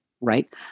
Right